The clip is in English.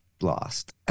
lost